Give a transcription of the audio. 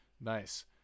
Nice